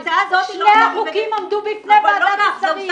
שני החוקים עמדו בפני ועדת השרים.